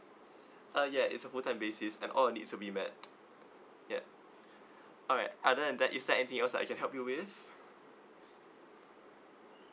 uh ya it's a full time basis and all I need is to be met ya alright other than that is there anything else I can help you with